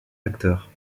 acteur